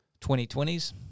2020s